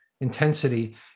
intensity